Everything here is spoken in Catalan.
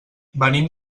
venim